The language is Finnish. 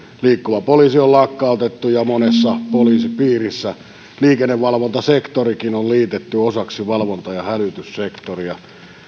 liikkuva poliisi on lakkautettu ja monessa poliisipiirissä liikennevalvontasektorikin on liitetty osaksi valvonta ja hälytyssektoria